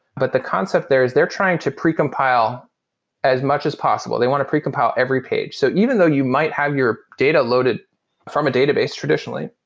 but the concept there is they're trying to pre-compile as much as possible. they want to pre-compile every page. so even though you might have your data loaded from a database traditionally,